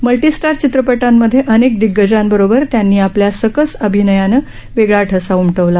multi star चित्रपटांमधे अनेक दिग्गजांबरोबर त्यांनी आपल्या सकस अभिनयानं वेगळा ठसा उमटवला